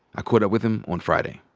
i caught up with him on friday.